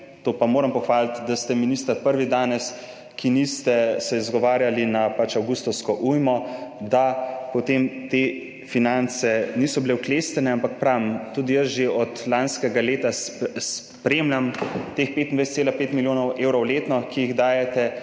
to pa moram pohvaliti, da ste prvi minister danes, ki se niste izgovarjali na avgustovsko ujmo, da potem te finance niso bile okleščene, ampak pravim, tudi jaz že od lanskega leta spremljam teh 25,5 milijonov evrov letno, ki jih dajete